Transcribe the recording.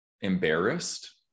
embarrassed